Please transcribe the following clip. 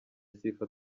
sifa